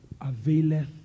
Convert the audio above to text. availeth